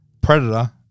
Predator